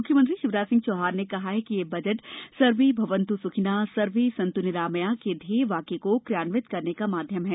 म्ख्यमंत्री शिवराज सिंह चौहान ने कहा है कि यह बजट सर्वे भवन्त् स्थिनः सर्वे संत् निरामया के ध्येय वाक्य को क्रियान्वित करने का माध्यम है